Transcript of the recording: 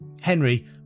Henry